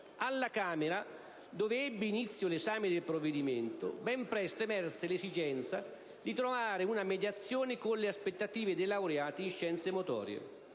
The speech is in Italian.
Alla Camera, dove ebbe inizio l'esame del provvedimento, ben presto emerse l'esigenza di trovare una mediazione con le aspettative dei laureati in scienze motorie.